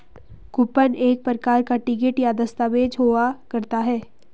coupon एक प्रकार का टिकट या दस्ताबेज हुआ करता है